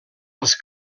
als